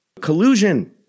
Collusion